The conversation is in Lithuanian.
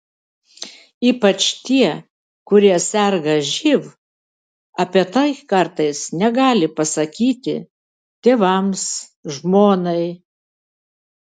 ypač tie kurie serga živ apie tai kartais negali pasakyti tėvams žmonai